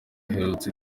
aherutse